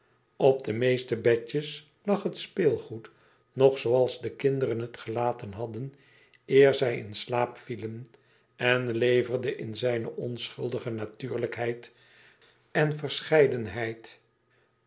op de meeste bedjes lag het speelgoed nog zooals de kinderen het gelaten hadden eer zij in slaap vielen en leverde in zijne onschuldige natuurlijkheid en verscheidenheid